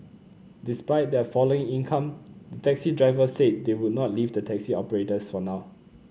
despite their falling income the taxi drivers said they would not leave the taxi operators for now